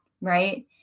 right